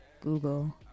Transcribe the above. Google